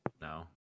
No